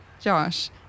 Josh